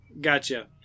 Gotcha